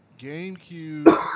GameCube